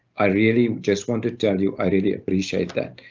i really just want to tell you, i really appreciate that.